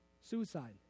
suicide